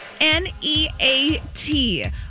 N-E-A-T